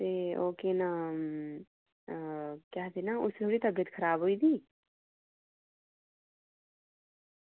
ते ओह् केह् नांऽ केह् आखदे ना उसदी उस दिन तबीयत खराब होई गेदी